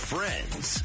Friends